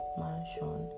mansion